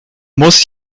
muss